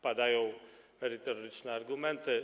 Padają merytoryczne argumenty.